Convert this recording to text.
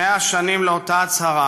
100 שנים לאותה הצהרה,